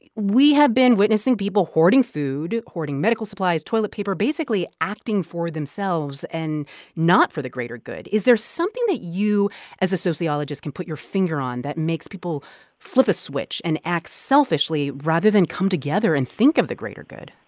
we have been witnessing people hoarding food, hoarding medical supplies, toilet paper, basically acting for themselves and not for the greater good. is there something that you as a sociologist can put your finger on that makes people flip a switch and act selfishly rather than come together and think of the greater good?